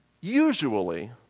usually